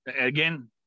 Again